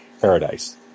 Paradise